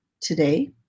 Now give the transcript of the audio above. today